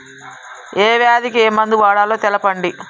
ఏ వ్యాధి కి ఏ మందు వాడాలో తెల్పండి?